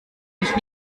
mich